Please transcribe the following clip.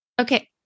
Okay